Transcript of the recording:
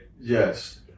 yes